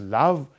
love